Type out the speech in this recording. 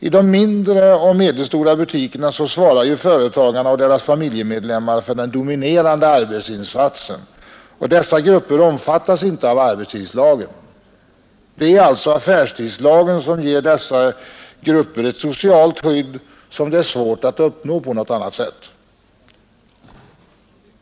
I de mindre och medelstora butikerna svarar företagarna och deras familjemedlemmar för den dominerande arbetsinsatsen. Dessa grupper omfattas inte av arbetstidslagen. Affärstidslagen ger alltså dessa grupper ett socialt skydd, som är svårt att uppnå på annat sätt.